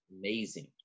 amazing